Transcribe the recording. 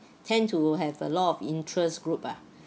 tend to have a lot of interest group ah